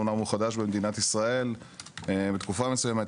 אומנם הוא חדש במדינת ישראל בתקופה מסוימת,